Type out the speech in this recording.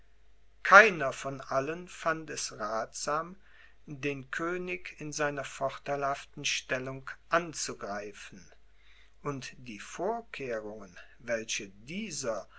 keiner von allen fand es rathsam den könig in seiner vorteilhaften stellung anzugreifen und die vorkehrungen welche dieser